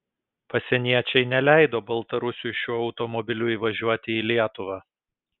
pasieniečiai neleido baltarusiui šiuo automobiliu įvažiuoti į lietuvą